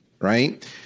right